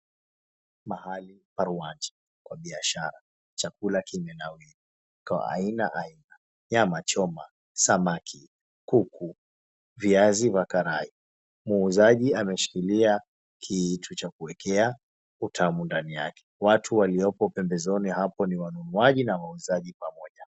Mahali parwaji kwa biashara. Chakula kimenawiri kwa aina aina. Nyama choma, samaki, kuku, viazi vya karai. Muuzaji ameshikilia kitu cha kuwekea utamu ndani yake. Watu walioko pembezoni hapo ni wanunuaji na wauzaji pamoja.